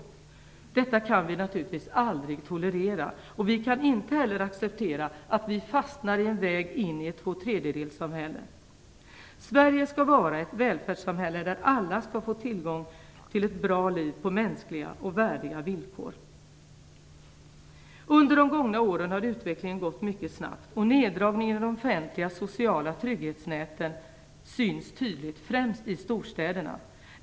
Detta kan vi naturligtvis aldrig tolerera. Vi kan inte heller acceptera att vi fastnar i en väg in i ett tvåtredjedelssamhälle. Sverige skall vara ett välvärdssamhälle där alla skall få tillgång till ett bra liv på mänskliga och värdiga villkor. Under de gångna åren har utvecklingen gått mycket snabbt. Neddragningarna inom de offentliga sociala trygghetsnäten syns tydligt, främst i storstäderna.